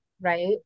right